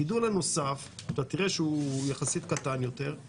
הגידול הנוסף, אתה תראה שהוא יחסית קטן יותר.